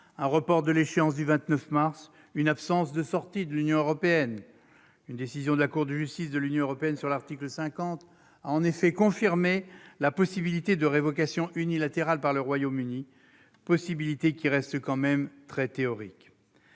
un report de l'échéance du 29 mars ou une absence de sortie de l'Union européenne. Une décision de la Cour de justice de l'Union européenne sur l'article 50 du traité sur l'Union européenne confirme en effet la possibilité de révocation unilatérale par le Royaume-Uni, possibilité qui reste tout de même très théorique.